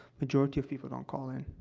majority of people don't call in.